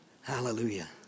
Hallelujah